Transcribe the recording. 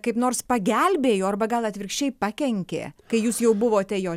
kaip nors pagelbėjo arba gal atvirkščiai pakenkė kai jūs jau buvote jo